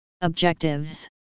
Objectives